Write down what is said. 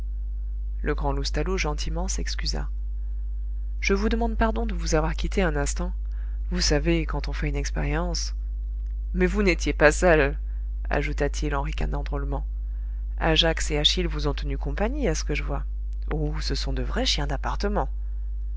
le grand loustalot gentiment s'excusa je vous demande pardon de vous avoir quitté un instant vous savez quand on fait une expérience mais vous n'étiez pas seul ajouta-t-il en ricanant drôlement ajax et achille vous ont tenu compagnie à ce que je vois oh ce sont de vrais chiens d'appartement